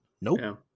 nope